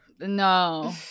No